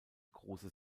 große